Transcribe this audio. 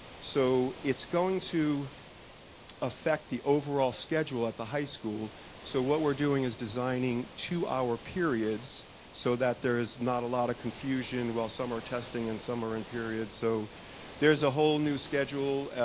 so it's going to affect the overall schedule at the high school so what we're doing is designing two hour periods so that there is not a lot of confusion while some are testing and some are in periods so there's a whole new schedule.